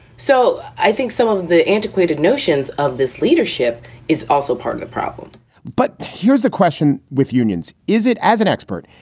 so i think some of the antiquated notions of this leadership is also part of the problem but here's the question with unions. is it. as an expert,